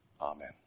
Amen